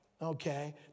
Okay